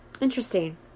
Interesting